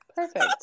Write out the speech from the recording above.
perfect